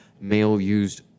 male-used